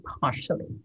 partially